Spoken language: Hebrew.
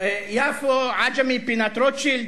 יפו תל-אביב.